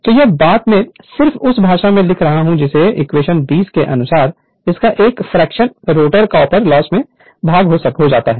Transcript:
तो यह बात मैं सिर्फ उस भाषा में लिख रहा हूं जिसके इक्वेशन 20 के अनुसार इसका एक फ्रेक्शन रोटर कॉपर लॉस में भंग हो जाता है